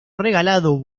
regalado